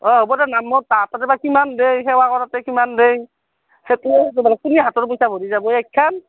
অঁ হ'ব দে নামত তাতে বা কিমান দেৰি সেৱা কৰোঁতে কিমান দেৰি সেইটোও সোধিব লাগছিল তুমি হাতৰ পইচা ভৰি যাবা এইখান